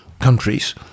countries